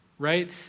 Right